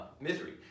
misery